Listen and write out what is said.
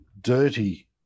dirty